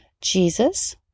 Jesus